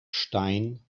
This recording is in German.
stein